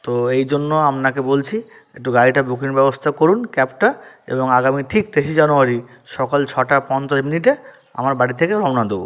তো এই জন্য আপনাকে বলছি একটু গাড়িটা বুকিংয়ের ব্যবস্থা করুন ক্যাবটা এবং আমি ঠিক তেইশে জানুয়ারি সকাল ঠিক ছটা পঞ্চাশ মিনিটে আমার বাড়ি থেকে রওনা দেবো